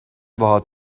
باهات